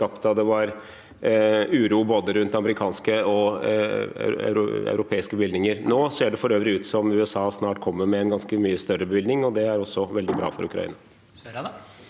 da det var uro rundt både amerikanske og europeiske bevilgninger. Nå ser det for øvrig ut som USA snart kommer med en ganske mye større bevilgning, og det er også veldig bra for Ukraina.